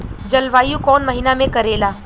जलवायु कौन महीना में करेला?